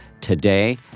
today